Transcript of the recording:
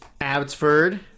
abbotsford